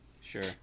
Sure